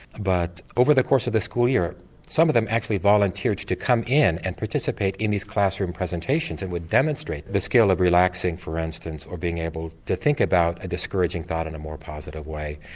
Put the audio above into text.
but over the course of the school year some of them actually volunteered to to come in and participate in these class room presentations and would demonstrate the skill of relaxing for instance, or being able to think about a discouraging thought in a more positive way.